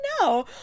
no